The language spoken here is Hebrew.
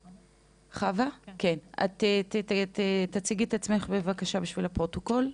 חוה, תציגי את עצמך בבקשה לפרוטוקול.